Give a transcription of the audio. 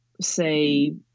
say